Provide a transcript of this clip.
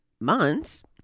months